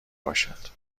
باشد